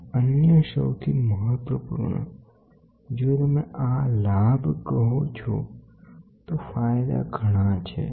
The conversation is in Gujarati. અને અન્ય સૌથી મહત્વપૂર્ણ જો તમે આ લાભ કહો છો તો ફાયદા ઘણા છે